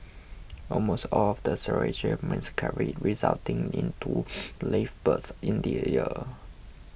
almost all of the surrogates miscarried resulting in two live births in the